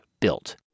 built